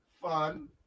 fun